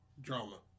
drama